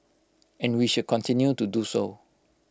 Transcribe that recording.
and we should continue to do so